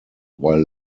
while